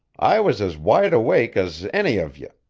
i was as wide-awake as any of ye.